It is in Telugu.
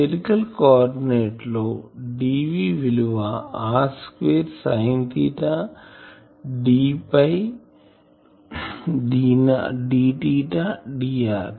స్పెరికల్ కోఆర్డినేట్ లో dv విలువ r square sine theta d d dr